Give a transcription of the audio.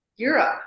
Europe